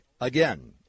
Again